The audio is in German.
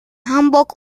hamburg